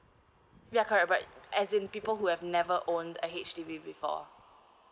mm ya correct right as in people who have never own a H_D_B before